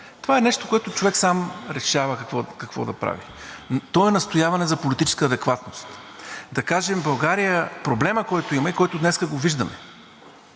Това е нещо, което човек сам решава какво да прави, то е настояване за политическа адекватност. Да кажем, в България проблема, който имаме и който днес го виждаме,